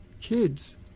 kids